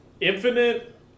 Infinite